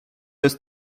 jest